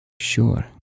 Sure